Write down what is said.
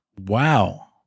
Wow